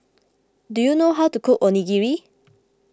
do you know how to cook Onigiri